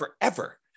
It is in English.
forever